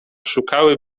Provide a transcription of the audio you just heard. szukały